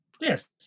Yes